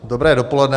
Dobré dopoledne.